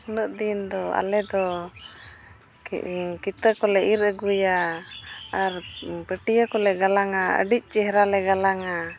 ᱩᱱᱟᱹᱜ ᱫᱤᱱ ᱫᱚ ᱟᱞᱮ ᱫᱚ ᱠᱤᱛᱟᱹ ᱠᱚᱞᱮ ᱤᱨ ᱟᱹᱜᱩᱭᱟ ᱟᱨ ᱯᱟᱹᱴᱭᱟᱹ ᱠᱚᱞᱮ ᱜᱟᱞᱟᱝᱼᱟ ᱟᱹᱰᱤ ᱪᱮᱦᱨᱟᱞᱮ ᱜᱟᱞᱟᱝᱼᱟ